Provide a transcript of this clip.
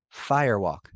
firewalk